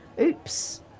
Oops